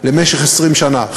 למשך 20 שנה,